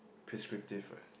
prescriptive what